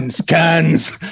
cans